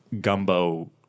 gumbo